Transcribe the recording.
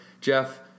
Jeff